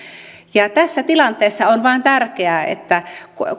tässä tilanteessa on vain tärkeää että